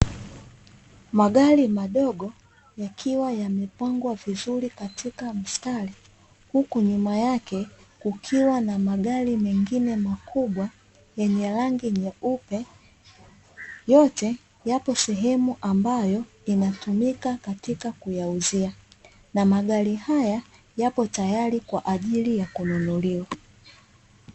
Magari madogo, yakiwa yamepangwa vizuri katika mstari, huku nyuma yake kukiwa na magari mengine makubwa nyenye rangi nyeupe, yote yapo sehemu, ambayo inatumika katika kuyauzia na magari haya yapo tayari kwa ajili ya kununuliwa.